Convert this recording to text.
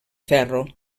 ferro